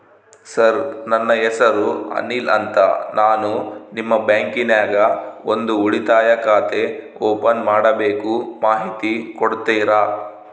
Sir ನನ್ನ ಹೆಸರು ಅನಿಲ್ ಅಂತ ನಾನು ನಿಮ್ಮ ಬ್ಯಾಂಕಿನ್ಯಾಗ ಒಂದು ಉಳಿತಾಯ ಖಾತೆ ಓಪನ್ ಮಾಡಬೇಕು ಮಾಹಿತಿ ಕೊಡ್ತೇರಾ?